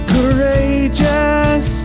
Courageous